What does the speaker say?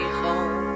home